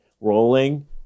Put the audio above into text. rolling